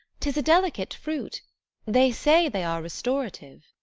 tis a delicate fruit they say they are restorative.